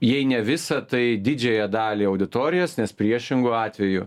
jei ne visą tai didžiąją dalį auditorijos nes priešingu atveju